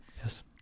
yes